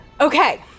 Okay